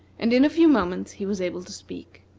and in a few moments he was able to speak.